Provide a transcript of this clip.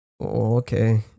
Okay